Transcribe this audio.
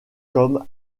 comme